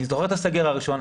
אני זוכר את הסגר הראשון.